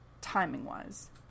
timing-wise